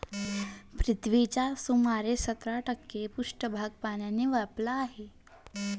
पृथ्वीचा सुमारे सत्तर टक्के पृष्ठभाग पाण्याने व्यापलेला आहे